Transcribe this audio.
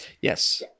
Yes